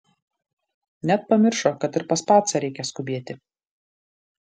net pamiršo kad ir pas pacą reikia skubėti